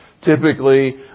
Typically